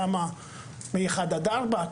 כמה מ-1 עד 4,